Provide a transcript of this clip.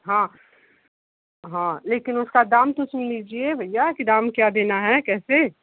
हाँ हाँ लेकिन उसका दाम तो सुन लीजिए भैया कि दाम क्या देना है कैसे